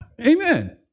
Amen